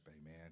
amen